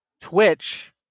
twitch